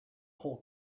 whole